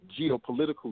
geopolitical